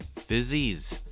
Fizzies